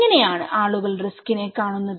എങ്ങനെയാണ് ആളുകൾ റിസ്കിനെ കാണുന്നത്